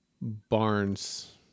Barnes